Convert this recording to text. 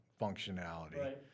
functionality